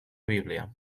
bíblia